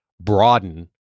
broaden